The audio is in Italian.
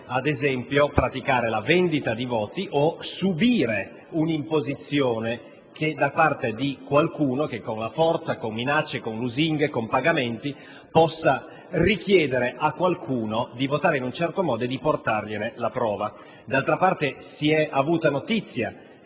ad esempio, praticare la vendita di voti o subire un'imposizione da parte di qualcuno che con la forza, con minacce, con lusinghe, con pagamenti possa richiedere a qualcun altro di votare in un certo modo e di portargliene la prova. [**Presidenza